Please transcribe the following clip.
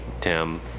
Tim